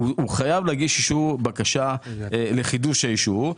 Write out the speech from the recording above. חייב להגיש שוב בקשה לחידוש האישור.